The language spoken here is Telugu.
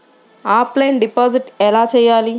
ఆఫ్లైన్ డిపాజిట్ ఎలా చేయాలి?